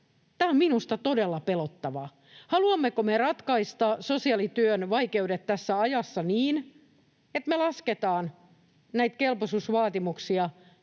Tämä on minusta todella pelottavaa. Haluammeko me ratkaista sosiaalityön vaikeudet tässä ajassa niin, että me lasketaan näitä kelpoisuusvaatimuksia